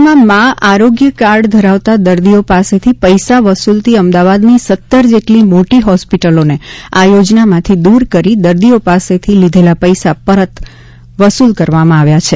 રાજયમાં મા આરોગ્ય કાર્ડ ધરાવતા દર્દીઓ પાસેથી પૈસા વસુલતી અમદાવાદની સત્તર જેવી મોટી હોસ્પિટલોને આ યોજનામાંથી દૂર કરી દર્દીઓ પાસેથી લીધેલા પેસા પરત વસુલ કરવામાં આવ્યા છે